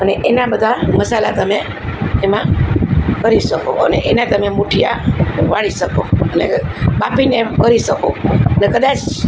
અને એના બધા મસાલા તમે એમાં કરી શકો અને એના તમે મૂઠિયા વાળી શકો અને બાફીને કરી શકો ને કદાચ